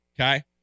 okay